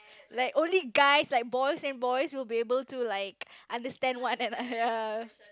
like only guys like boys and boys will be able to like understand one another